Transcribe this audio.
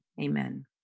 amen